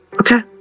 Okay